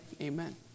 amen